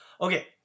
Okay